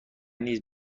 نیز